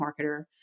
marketer